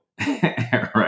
right